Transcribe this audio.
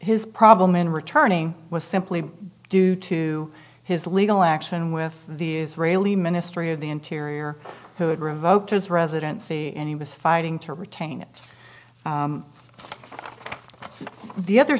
his problem in returning was simply due to his legal action with the israeli ministry of the interior who had revoked his residency and he was fighting to retain it the other